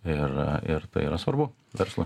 ir ir tai yra svarbu verslui